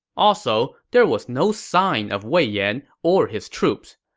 also, there was no sign of wei yan or his troops.